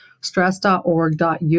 stress.org.uk